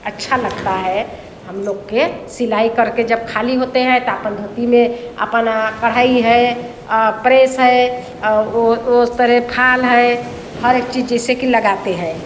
अच्छा लगता है हम लोग के सिलाई करके जब खाली होते हैं त अपन धोती में अपन कढ़ाई है प्रेड़स है ओ ओ उस तरह फाल है हर एक चीज़ जिससे कि लगाते हैं